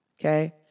Okay